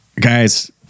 guys